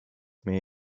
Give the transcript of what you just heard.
may